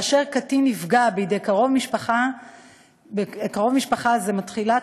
כאשר קטין נפגע בידי קרוב משפחה זה מתחילה